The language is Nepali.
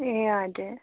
ए हजुर